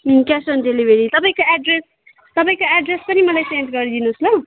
cash on delivery तपाईँको address तपाईँको address पनि मलाई सेन्ड गरिदिनुहोस् ल